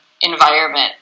environment